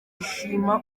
ishima